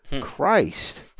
Christ